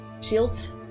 shields